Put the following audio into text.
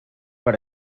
per